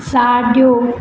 साॼो